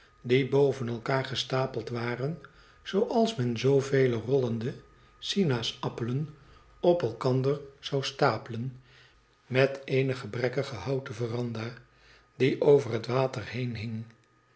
die boven elkaar gestapeld waren zooals men zoovele rollende sinaas appelen op elkander zon stapelen met eene gebrekkige houten ycranda die over het water heen hing